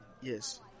Yes